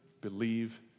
believe